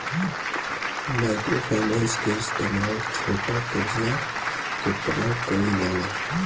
micro finance के इस्तमाल छोटा करजा के तरह कईल जाला